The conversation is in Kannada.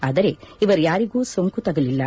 ಆದರೆ ಇವರ್ನಾರಿಗೂ ಸೋಂಕು ತಗುಲಿಲ್ಲ